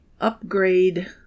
upgrade